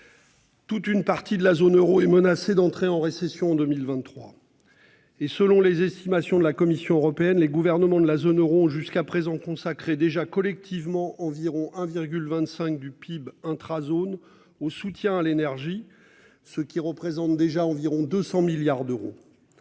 Toute une partie de la zone euro et menacé d'entrer en récession en 2023. Et selon les estimations de la Commission européenne, les gouvernements de la zone euro. Jusqu'à présent consacré déjà collectivement environ 1,25 du PIB intra-zone au soutien à l'énergie, ce qui représente déjà environ 200 milliards d'euros.